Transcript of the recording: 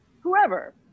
whoever